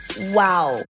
wow